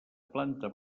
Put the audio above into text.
planta